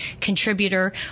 contributor